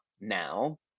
now